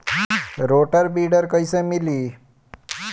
Rotor weeder कईसे मिले?